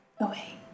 away